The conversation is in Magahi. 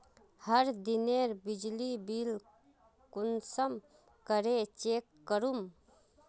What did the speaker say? हर दिनेर बिजली बिल कुंसम करे चेक करूम?